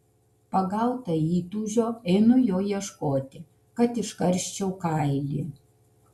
pagauta įtūžio einu jo ieškoti kad iškarščiau kailį